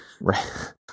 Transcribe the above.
Right